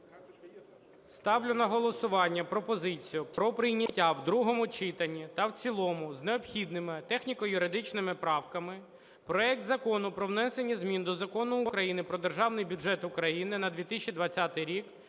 Ставлю на голосування пропозицію про прийняття в другому читанні та в цілому з необхідними техніко-юридичними правками проект Закону про внесення змін до Закону України "Про Державний бюджет України на 2020 рік"